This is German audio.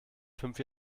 fünf